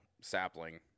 sapling